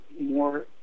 more